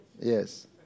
Yes